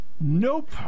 Nope